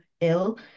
ill